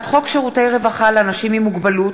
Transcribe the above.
הצעת חוק שירותי רווחה לאנשים עם מוגבלות,